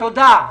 תודה.